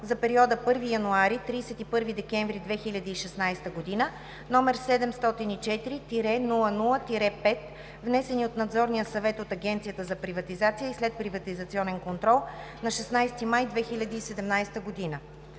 за периода 1 януари – 31 декември 2016 г., № 704-00-5, внесени от Надзорния съвет на Агенцията за приватизация и следприватизационен контрол на 16 май 2017 г.